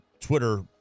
Twitter